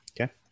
okay